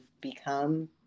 become